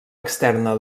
externa